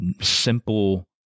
simple